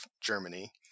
Germany